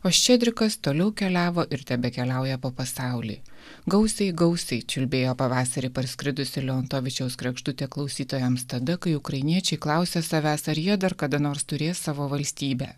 o ščedrikas toliau keliavo ir tebekeliauja po pasaulį gausiai gausiai čiulbėjo pavasarį parskridusi leonavičiaus kregždutė klausytojams tada kai ukrainiečiai klausė savęs ar jie dar kada nors turės savo valstybę